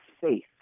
faith